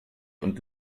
und